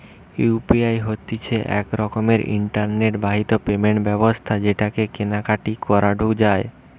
UPI হতিছে এক রকমের ইন্টারনেট বাহিত পেমেন্ট ব্যবস্থা যেটাকে কেনা কাটি করাঢু যায়